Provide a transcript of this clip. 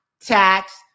tax